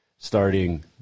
starting